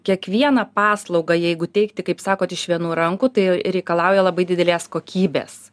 kiekvieną paslaugą jeigu teikti kaip sakot iš vienų rankų tai reikalauja labai didelės kokybės